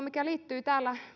mikä liittyi